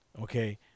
Okay